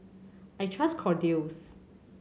I trust Kordel's